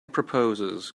proposes